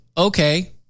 Okay